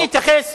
אני אתייחס,